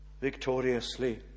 victoriously